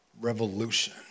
revolution